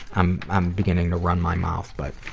i'm i'm beginning to run my mouth, but